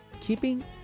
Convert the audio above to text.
keeping